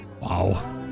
Wow